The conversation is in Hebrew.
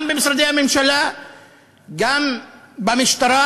גם במשרדי הממשלה וגם במשטרה,